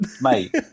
mate